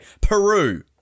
Peru